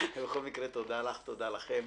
בכל מקרה תודה לך, תודה לכם.